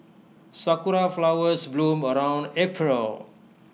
Sakura Flowers bloom around April